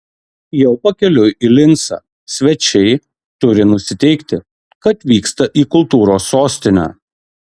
jau pakeliui į lincą svečiai turi nusiteikti kad vyksta į kultūros sostinę